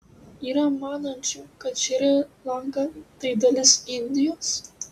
yra manančių kad šri lanka tai dalis indijos